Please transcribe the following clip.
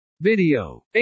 Video